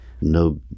No